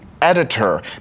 editor